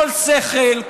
כל שכל,